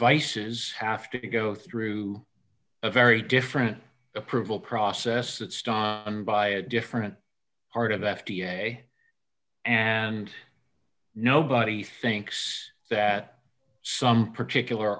vices have to go through a very different approval process that stop by a different part of f d a and nobody thinks that some particular